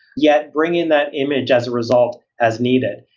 yet bring in that image as a result as needed.